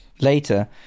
later